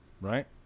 right